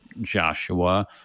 Joshua